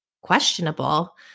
questionable